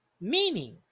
Meaning